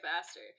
faster